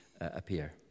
appear